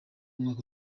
umwaka